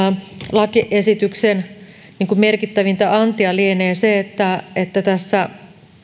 lakiesityksen merkittävintä antia lienee se että että tässä